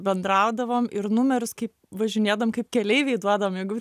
bendraudavom ir numerius kai važinėdavom kaip keleiviai duodavom jeigu